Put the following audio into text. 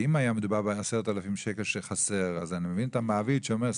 כי אם היה מדובר ב-10,000 שקל שחסר אז אני מבין את המעביד שאומר,